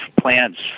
plants